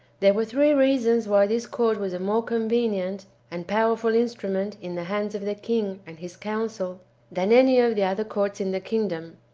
there were three reasons why this court was a more convenient and powerful instrument in the hands of the king and his council than any of the other courts in the kingdom.